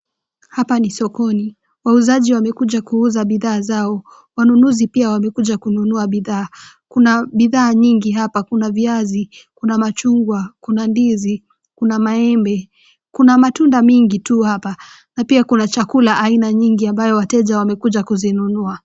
Hapa ni sokoni. Wauzaji wamekuja kuuza bidhaa zao, wanunuzi pia wamekuja kununua bidhaa. Kuna bidhaa nyingi hapa. Kuna viazi, kuna machungwa, kuna ndizi, kuna maembe, kuna matunda mingi tu hapa. Na pia kuna chakula aina nyingi ambayo wateja wamekuja kuzinunua.